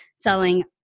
selling